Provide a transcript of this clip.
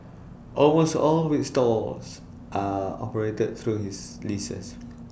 almost all its stores are operated through his leases